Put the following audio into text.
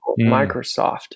Microsoft